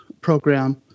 program